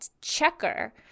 checker